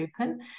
open